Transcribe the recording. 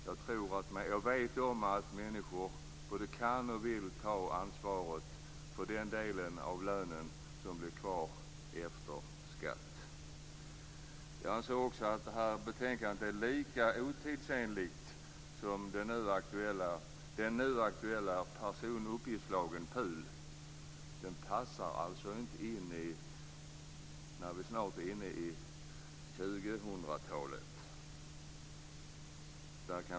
Jag vet att människor både vill och kan ta ansvar för den del av lönen som blir kvar efter skatt. Jag anser att det här betänkandet är lika otidsenligt som den nu aktuella personuppgiftslagen, PUL. Det passar alltså inte in i 2000-talet.